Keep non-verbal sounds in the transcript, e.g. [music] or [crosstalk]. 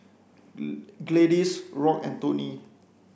[hesitation] Gladys Rock and Toni